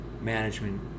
management